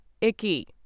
icky